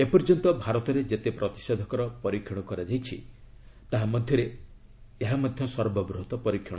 ଏପର୍ଯ୍ୟନ୍ତ ଭାରତରେ ଯେତେ ପ୍ରତିଷେଧକର ପରୀକ୍ଷଣ କରାଯାଇଛି ତାହା ମଧ୍ୟରେ ଏହା ମଧ୍ୟ ସର୍ବବୃହତ୍ ପରୀକ୍ଷଣ